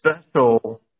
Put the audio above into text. special